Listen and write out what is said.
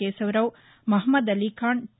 Keshavarao Mohammed Alikhan tea